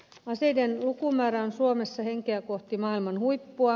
aseiden lukumäärä on suomessa henkeä kohti maailman huippua